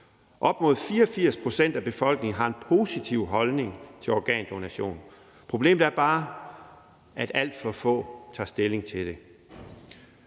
Op mod 84 pct. af befolkningen har en positiv holdning til organdonation. Problemet er bare, at alt for få tager stilling til det,